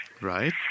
Right